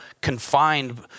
confined